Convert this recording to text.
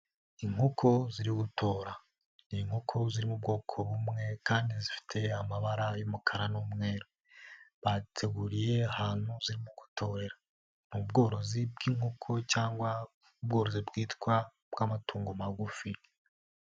Inkoko ziri gutora. Ni inkoko ziri mu bwoko bumwe kandi zifite amabara y'umukara n'umweru. Baziteguriye ahantu zirimo gutorera. Ni ubworozi bw'inkoko cyangwa ubworozi bwitwa ubw'amatungo magufi.